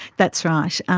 that's right,